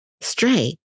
stray